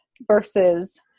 versus